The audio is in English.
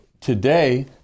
today